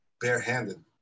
barehanded